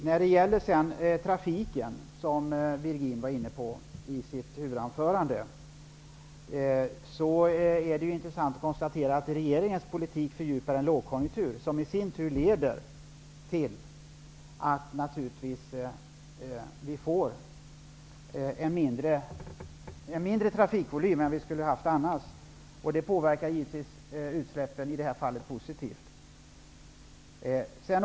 När det gäller trafiken, som Ivar Virgin var inne på i sitt huvudanförande, är det intressant att konstatera att regeringens politik fördjupar en lågkonjunktur, som i sin tur leder till att vi naturligtvis får en mindre trafikvolym än vi annars skulle ha haft. Det påverkar givetvis utsläppen, i det här fallet, positivt.